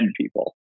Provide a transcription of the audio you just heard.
people